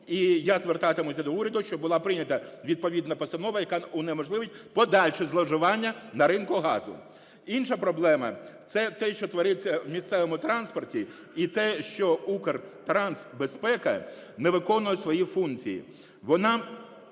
І я звертатимуся до уряду, щоб була прийнята відповідна постанова, яка унеможливить подальше зловживання на ринку газу. Інша проблема – це те, що твориться в місцевому транспорті, і те, що Укртрансбезпека не виконує свої функції.